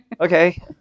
Okay